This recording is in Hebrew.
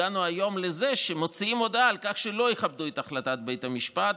הגענו היום לזה שמוציאים הודעה על כך שלא יכבדו את החלטת בית המשפט,